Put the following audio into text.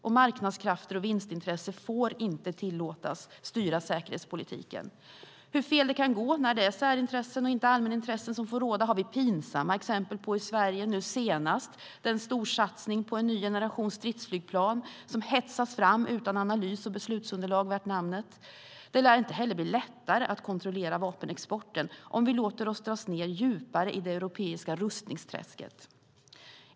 Och marknadskrafter och vinstintressen får inte tillåtas att styra säkerhetspolitiken. Hur fel det kan gå när det är särintressen och inte allmänintressen som får råda har vi pinsamma exempel på i Sverige, nu senast den storsatsning på en ny generation stridsflygplan som hetsas fram utan analys och beslutsunderlag värt namnet. Det lär inte heller bli lättare att kontrollera vapenexporten om vi låter oss dras ned djupare i det europeiska rustningsträsket.